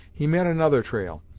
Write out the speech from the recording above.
he met another trail,